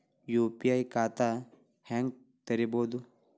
UPI ಖಾತಾ ಹೆಂಗ್ ತೆರೇಬೋದು?